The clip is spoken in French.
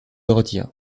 retire